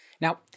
Now